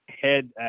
head